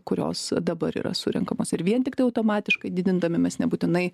kurios dabar yra surenkamos ir vien tiktai automatiškai didindami mes nebūtinai